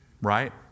Right